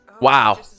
wow